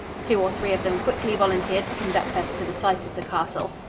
two or three of them quickly volunteered to conduct us to the site of the castle.